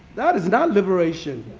that is not liberation.